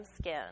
skin